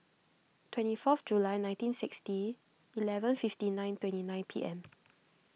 twenty fourth July nineteen sixty eleven fifty nine twenty nine P M